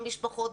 במשפחות,